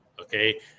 okay